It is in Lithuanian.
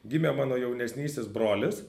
gimė mano jaunesnysis brolis